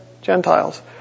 Gentiles